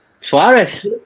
Suarez